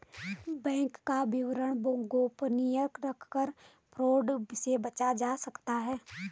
bank का विवरण गोपनीय रखकर फ्रॉड से बचा जा सकता है